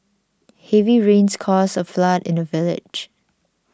heavy rains caused a flood in the village